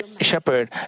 shepherd